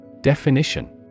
Definition